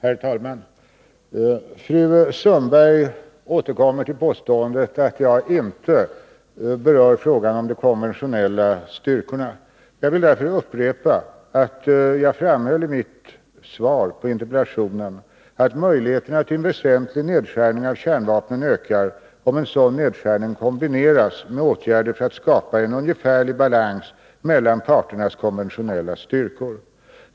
Herr talman! Fru Sundberg återkommer till påståendet att jag inte berör frågan om de konventionella styrkorna. Jag vill därför upprepa att jag framhöll i mitt svar på interpellationen att möjligheterna till en väsentlig nedskärning av kärnvapen ökar om en sådan nedskärning kombineras med åtgärder för att skapa en ungefärlig balans mellan parternas konventionella styrkor.